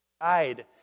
guide